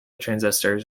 transistors